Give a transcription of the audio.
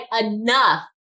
enough